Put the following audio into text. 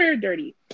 dirty